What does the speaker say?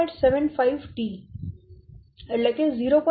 75 T 0